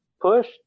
push